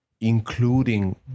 including